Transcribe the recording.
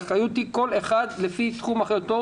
האחריות היא של כל אחד לפי תחום אחריותו.